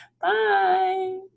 Bye